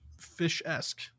fish-esque